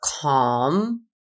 calm